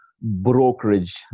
brokerage